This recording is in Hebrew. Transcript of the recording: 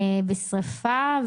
בשריפה,